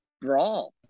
brawl